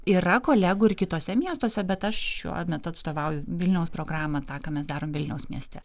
yra kolegų ir kituose miestuose bet aš šiuo metu atstovauju vilniaus programą ta ką mes darom vilniaus mieste